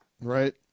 Right